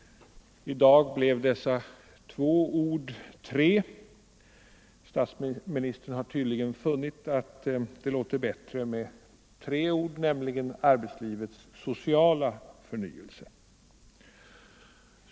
I dag blir dessa två ord tre. Statsministern har tydligen funnit att det låter bättre med tre ord, nämligen ”arbetslivets sociala förnyelse”.